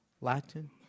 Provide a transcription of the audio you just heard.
Latin